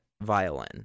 violin